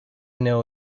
know